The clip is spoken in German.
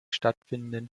stattfindenden